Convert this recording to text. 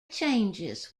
changes